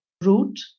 root